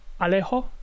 Alejo